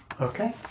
Okay